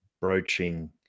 broaching